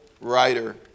writer